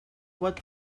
what